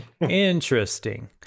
interesting